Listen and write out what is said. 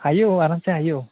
हायो औ आरामसे हायो औ